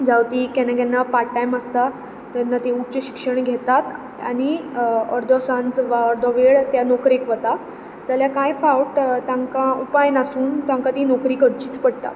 जांव ती केन्ना केन्ना पार्ट टायम आसता तेन्ना तीं उच्च शिक्षण घेतात आनी अर्दो सांज वा अर्दो वेळ त्या नोकरेक वतात जाल्यार कांय फावट तांकां उपाय नासून तांकां ती नोकरी करचीच पडटा